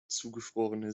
zugefrorene